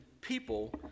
people